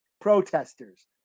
protesters